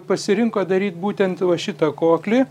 pasirinko daryt būtent va šitą koklį